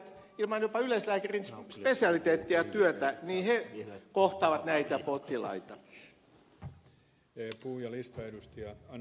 myöskin jopa yleislääkärit lääkärit jotka tekevät työtä ilman yleislääkärin spesialiteettia kohtaavat näitä potilaita